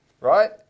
right